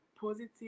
positive